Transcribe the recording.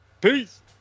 Peace